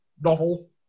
novel